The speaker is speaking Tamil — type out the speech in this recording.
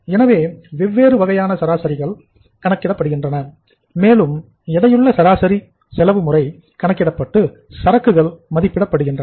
எனவே வெவ்வேறு வகையான சராசரிகள் கணக்கிடப்படுகின்றன மேலும் எடையுள்ள சராசரி சராசரி செலவு முறை கணக்கிடப்பட்டு சரக்குகள் மதிப்பிடப்படுகின்றன